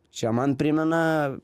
čia man primena